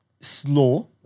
slow